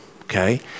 okay